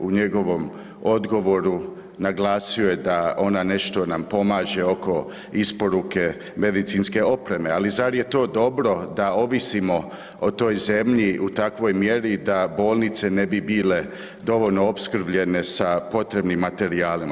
U njegovom odgovoru naglasio je da ona nešto nam pomaže oko isporuke medicinske opreme, ali zar je to dobro da ovisimo o toj zemlji u takvoj mjeri da bolnice ne bi bile dovoljno opskrbljene sa potrebnim materijalima.